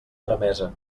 tramesa